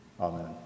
Amen